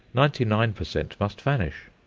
ninety-nine per cent. must vanish.